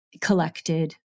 collected